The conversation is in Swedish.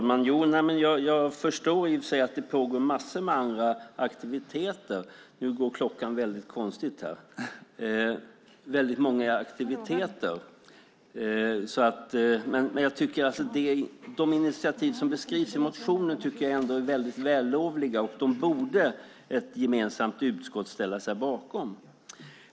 Fru talman! Jag förstår att det pågår många andra aktiviteter. De initiativ som beskrivs i motionen är vällovliga. Ett gemensamt utskott borde ställa sig bakom dessa initiativ.